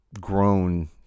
grown